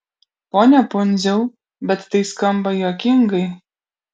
pone pundziau bet tai skamba juokingai